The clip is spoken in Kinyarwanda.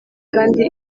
kandi